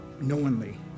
knowingly